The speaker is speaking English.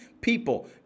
people